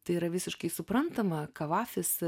tai yra visiškai suprantama kavafis